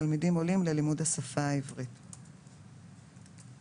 יותר מתלמידיה הם בעלי אישור "תו ירוק",